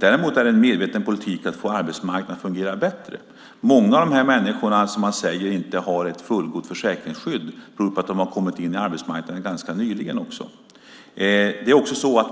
Däremot är det en medveten politik att få arbetsmarknaden att fungera bättre. Att vissa människor inte har ett fullgott försäkringsskydd beror på att de ganska nyligen har kommit in på arbetsmarknaden. Det